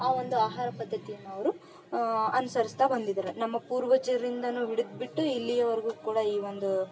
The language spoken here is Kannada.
ಆ ಒಂದು ಆಹಾರ ಪದ್ದತಿಯನ್ನು ಅವರು ಅನುಸರ್ಸ್ತಾ ಬಂದಿದಾರೆ ನಮ್ಮ ಪೂರ್ವಜರಿಂದನೂ ಹಿಡ್ದು ಬಿಟ್ಟು ಇಲ್ಲಿಯವರೆಗೂ ಕೂಡ ಈ ಒಂದು